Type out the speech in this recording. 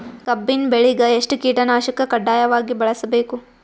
ಕಬ್ಬಿನ್ ಬೆಳಿಗ ಎಷ್ಟ ಕೀಟನಾಶಕ ಕಡ್ಡಾಯವಾಗಿ ಬಳಸಬೇಕು?